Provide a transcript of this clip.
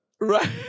Right